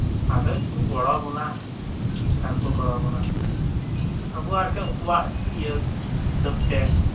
ᱟᱫᱷᱮᱱ ᱠᱚ ᱜᱚᱲᱚ ᱟᱵᱚᱱᱟ ᱪᱮᱫᱟᱜ ᱠᱚ ᱜᱚᱲᱚ ᱟᱵᱚᱱᱟ ᱟᱵᱚᱣᱟᱜ ᱟᱨᱠᱤ ᱩᱱᱠᱩᱣᱟᱜ ᱤᱭᱟᱹ ᱦᱤᱥᱟᱹᱵᱛᱮ